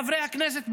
חברי הכנסת,